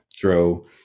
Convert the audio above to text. throw